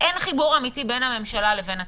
אין חיבור אמיתי בין הממשלה לבין הציבור.